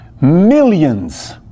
Millions